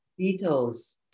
Beatles